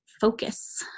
focus